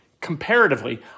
comparatively